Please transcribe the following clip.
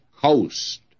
coast